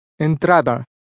Entrada